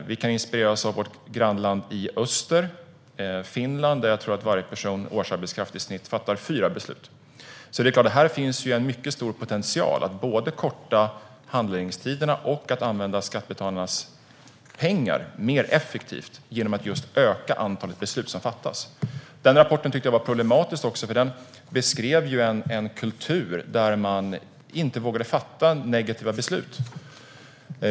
Vi kan inspireras av vårt grannland i öster, Finland, där jag tror att varje årsarbetskraft i snitt fattar fyra beslut. Det är klart att här finns en mycket stor potential att både korta handläggningstiderna och använda skattebetalarnas pengar mer effektivt genom att just öka antalet beslut som fattas. Rapporten var problematisk också för att den beskrev en kultur där man inte vågade fatta negativa beslut.